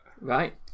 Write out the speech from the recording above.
right